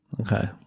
Okay